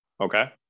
Okay